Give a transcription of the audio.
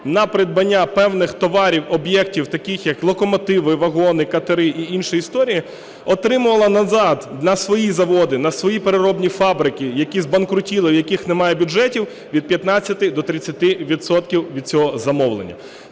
на придбання певних товарів, об'єктів таких, як локомотиви, вагони, катери і інші історії, отримувала назад на свої заводи, на свої переробні фабрики, які збанкрутіли, у яких немає бюджетів, від 15 до 30 відсотків від цього замовлення.